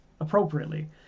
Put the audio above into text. appropriately